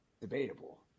Debatable